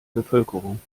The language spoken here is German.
bevölkerung